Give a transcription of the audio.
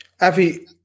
Avi